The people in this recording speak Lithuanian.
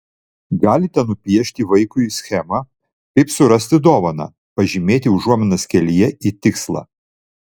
galite nupiešti vaikui schemą kaip surasti dovaną pažymėti užuominas kelyje į tikslą